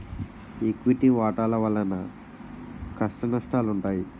equity వాటాల వలన కష్టనష్టాలుంటాయి